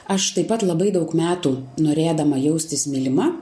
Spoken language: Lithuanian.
aš taip pat labai daug metų norėdama jaustis mylima